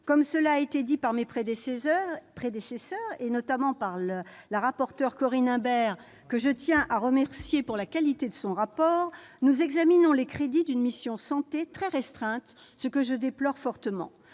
Comme cela a été dit par mes prédécesseurs, notamment par la rapporteure Corinne Imbert, que je tiens à remercier pour la qualité de son rapport, nous examinons les crédits d'une mission « Santé » très restreinte, ce que je déplore fortement.